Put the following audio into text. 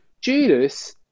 Judas